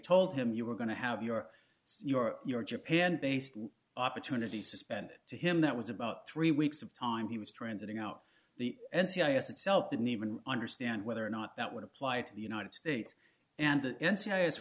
told him you were going to have your your your japan based opportunity suspended to him that was about three weeks time he was transiting out the n c a a s itself didn't even understand whether or not that would apply to the united states and the